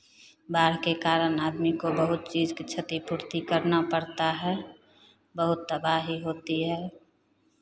बाढ़ के कारण आदमी को बहुत चीज़ की क्षतिपूर्ति करना पड़ता है बहुत तबाही होती है